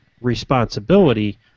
responsibility